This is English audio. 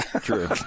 true